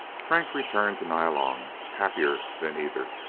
frank returned to nyalong, happier than either.